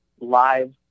live